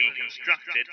constructed